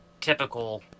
typical